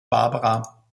barbara